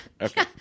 Okay